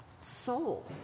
soul